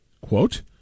quote